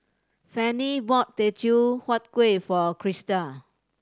Fannye bought Teochew Huat Kueh for Christal